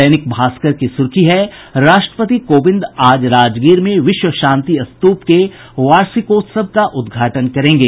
दैनिक भास्कर की सुर्खी है राष्ट्रपति कोविंद आज राजगीर में विश्व शांति स्तूप के वार्षिकोत्सव का उद्घाटन करेंगे